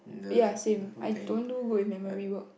ya same I don't do good with memory work